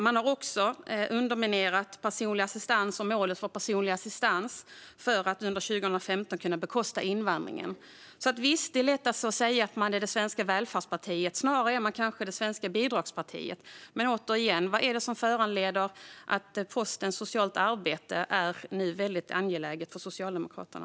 Man har också underminerat personlig assistans och målet för denna för att under 2015 kunna bekosta invandringen. Så visst är det lätt att stå och säga att Socialdemokraterna är det svenska välfärdspartiet, men de är snarare det svenska bidragspartiet. Återigen: Vad är det som föranleder att posten socialt arbete nu är så väldigt angelägen för Socialdemokraterna?